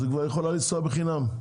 אז היא כבר יכולה לנסוע בחינם.